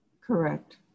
Correct